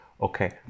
okay